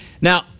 Now